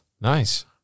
Nice